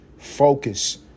Focus